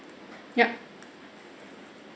yup